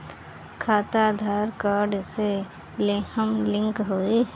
खाता आधार कार्ड से लेहम लिंक होई?